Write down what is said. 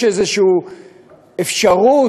יש איזושהי אפשרות